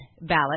ballot